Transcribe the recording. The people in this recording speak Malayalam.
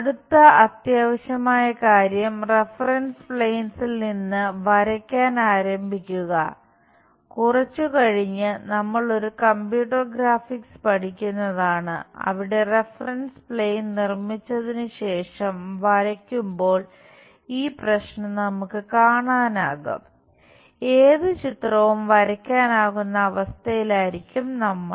അടുത്ത അത്യാവശ്യമായ കാര്യം റഫറൻസ് പ്ലെയിൻസിൽ നിർമ്മിച്ചതിന് ശേഷം വരയ്ക്കുമ്പോൾ ഈ പ്രശ്നം നമുക്ക് കാണാനാകും ഏത് ചിത്രവും വരക്കാനാകുന്ന അവസ്ഥയിലായിരിക്കും നമ്മൾ